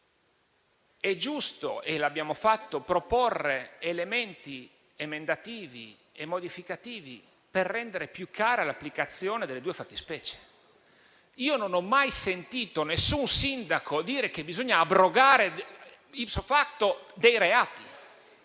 è giusto - e l'abbiamo fatto - proporre elementi emendativi e modificativi per rendere più chiara l'applicazione delle due fattispecie. Non ho mai sentito nessun sindaco dire che bisogna abrogare *ipso facto* dei reati,